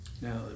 Now